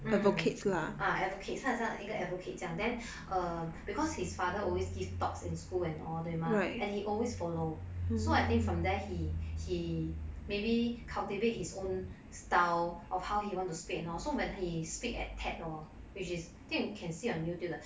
um ah advocates 好像一个 advocate 这样 then um because his father always give talks in school and all 对吗 and he always follow so I think from there he he maybe cultivate his own style of how he want to speak and all so when he speak at ted hor which is think you can see on youtube 的